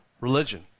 religion